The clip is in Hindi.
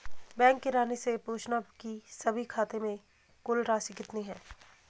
बैंक किरानी से पूछना की सभी खाते से कुल राशि कितनी है